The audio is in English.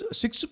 six